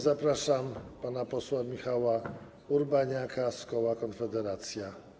Zapraszam pana posła Michała Urbaniaka z koła Konfederacja.